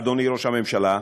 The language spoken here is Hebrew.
אדוני ראש הממשלה,